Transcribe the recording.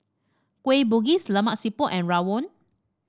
Kueh Bugis Lemak Siput and rawon